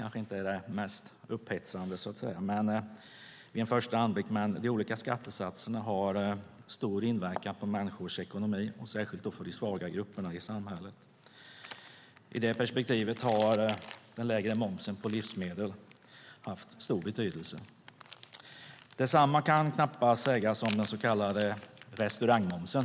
de inte är det mest upphetsande vid en första anblick, men de olika skattesatserna har stor inverkan på människors ekonomi - särskilt för de svaga grupperna i samhället. I det perspektivet har den lägre momsen på livsmedel haft stor betydelse. Detsamma kan knappast sägas om den så kallade restaurangmomsen.